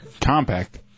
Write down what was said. Compact